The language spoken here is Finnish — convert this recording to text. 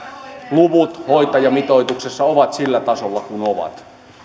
luvut hoitajamitoituksessa ovat sillä tasolla kuin ovat